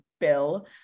bill